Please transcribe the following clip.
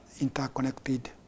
interconnected